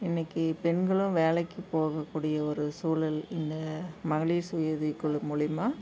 இன்றைக்குப் பெண்களும் வேலைக்குப் போகக்கூடிய ஒரு சூழல் இந்த மகளிர் சுய உதவிக் குழு மூலிமா